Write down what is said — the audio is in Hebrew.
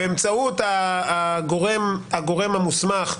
באמצעות הגורם המוסמך,